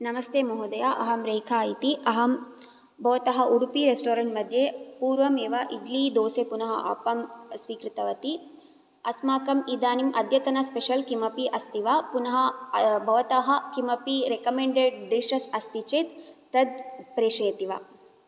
नमस्ते महोदय अहं रेखा इति अहं भवतः उडूपि रेस्तोरन्ट् मध्ये पूर्वं एव इड्ली दोसे पुनः आप्पं स्वीकृतवति अस्माकम् इदानीम् अद्यतन स्पेशल् किमपि अस्ति वा पुनः भवतः किमपि रेकमेण्डेड् डिशेस् अस्ति चेत् तत् प्रेषयति वा